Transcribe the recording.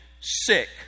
sick